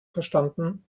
verstanden